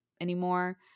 anymore